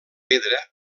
pedra